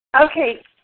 Okay